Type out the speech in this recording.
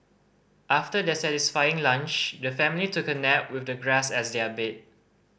after their satisfying lunch the family took a nap with the grass as their bed